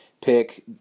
pick